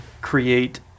create